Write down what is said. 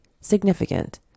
significant